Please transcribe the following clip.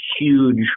huge